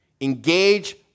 engage